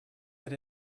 that